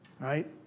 Right